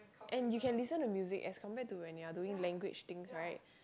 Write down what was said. and you can listen to music as compared to when you're doing language things right